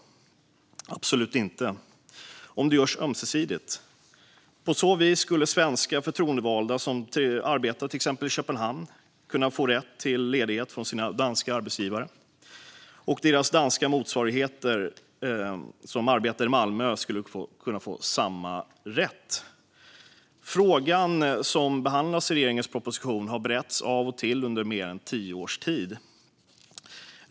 Det är det absolut inte, om det görs ömsesidigt. På så vis skulle svenska förtroendevalda som arbetar i till exempel Köpenhamn kunna få rätt till ledighet från sina danska arbetsgivare, och deras danska motsvarigheter som arbetar i Malmö skulle kunna få samma rätt. Frågan som behandlas i regeringens proposition har beretts av och till under mer än tio års tid.